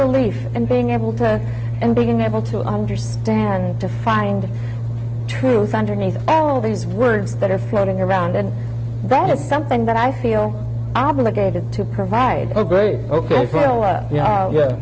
relief and being able to and being able to understand to find truth underneath all these words that are floating around and that is something that i feel obligated to provide a great ok well